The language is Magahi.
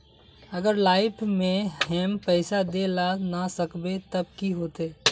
अगर लाइफ में हैम पैसा दे ला ना सकबे तब की होते?